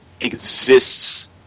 exists